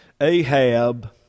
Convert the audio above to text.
Ahab